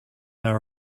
our